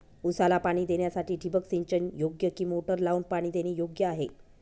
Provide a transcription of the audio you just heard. ऊसाला पाणी देण्यासाठी ठिबक सिंचन योग्य कि मोटर लावून पाणी देणे योग्य आहे?